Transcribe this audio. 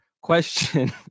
question